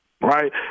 Right